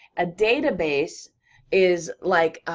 a database is like